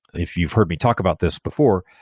if you've heard me talk about this before,